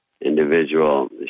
individual